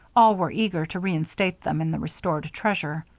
all were eager to reinstate them in the restored treasure.